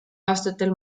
aastatel